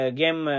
game